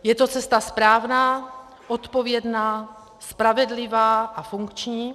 Je to cesta správná, odpovědná, spravedlivá a funkční.